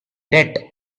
debt